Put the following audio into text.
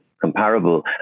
comparable